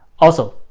also,